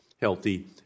healthy